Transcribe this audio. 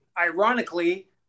ironically